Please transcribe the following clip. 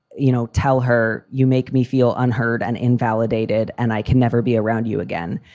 you know, tell her you make me feel unheard and invalidated and i can never be around you again.